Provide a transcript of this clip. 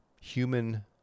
human